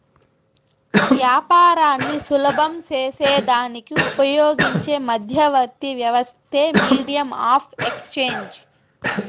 యాపారాన్ని సులభం సేసేదానికి ఉపయోగించే మధ్యవర్తి వ్యవస్థే మీడియం ఆఫ్ ఎక్స్చేంజ్